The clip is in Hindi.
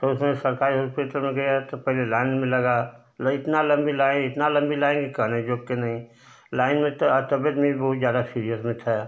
तो उसमें सरकारी हॉस्पिटल में गया तो पहिले लाइन में लगा मतलब इतना लम्बी लाइन इतना लम्बी लाइन कि कहने योग्य नहीं लाइन में तो तबियत मेरी बहुत ज़्यादा सीरियस मैं था